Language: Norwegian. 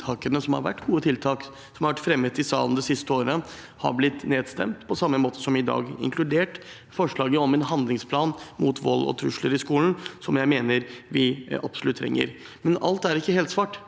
av de gode tiltakene som har vært fremmet i salen det siste året, har blitt nedstemt, på samme måte som i dag, inkludert forslaget om en handlingsplan mot vold og trusler i skolen, noe jeg mener vi absolutt trenger. Alt er likevel ikke helsvart.